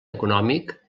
econòmic